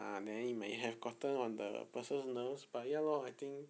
ah may may have gotten on the person's nerves but ya lor I think